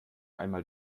einmal